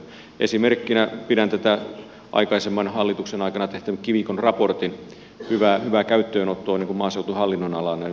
esimerkkinä pidän tätä aikaisemman hallituksen aikana tehdyn kivikon raportin hyvää käyttöönottoa maaseutuhallinnon alalla